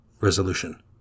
Resolution